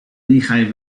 lehigh